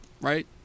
right